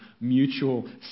mutual